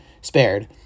spared